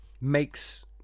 makes